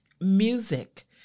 Music